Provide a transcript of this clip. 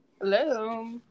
Hello